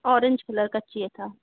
orange colour का चाहिए था